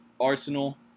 Arsenal